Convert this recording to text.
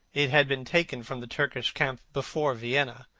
it had been taken from the turkish camp before vienna,